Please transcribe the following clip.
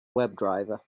webdriver